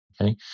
okay